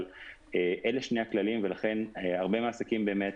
אבל אלה שני הכללים ולכן הרבה מהעסקים באמת